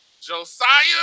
Josiah